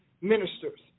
ministers